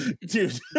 Dude